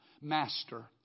Master